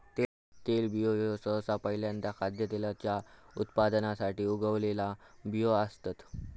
तेलबियो ह्यो सहसा पहील्यांदा खाद्यतेलाच्या उत्पादनासाठी उगवलेला बियो असतत